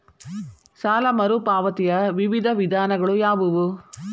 ಸಾಲ ಮರುಪಾವತಿಯ ವಿವಿಧ ವಿಧಾನಗಳು ಯಾವುವು?